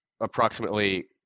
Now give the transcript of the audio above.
approximately